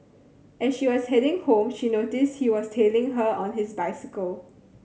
as she was heading home she noticed he was tailing her on his bicycle